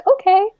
okay